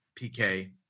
PK